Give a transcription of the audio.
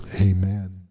Amen